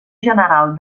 general